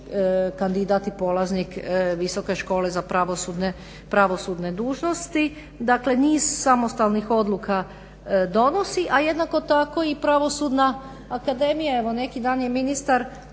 kandidat i polaznik Visoke škole za pravosudne dužnosti. Dakle niz samostalnih odluka donosi, a jednako tako i Pravosudna akademije, evo neki dan je ministar